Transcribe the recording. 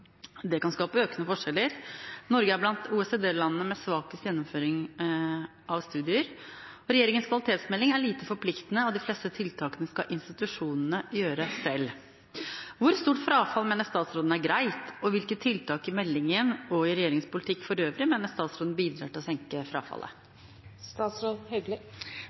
Det kan skape økende forskjeller. Norge er blant OECD-landene med svakest gjennomføring av studier. Regjeringens kvalitetsmelding er lite forpliktende, og de fleste tiltakene skal institusjonene selv gjøre. Hvor stort frafall mener statsråden er greit, og hvilke tiltak i meldingen og i regjeringens politikk for øvrig mener statsråden bidrar til å senke frafallet?»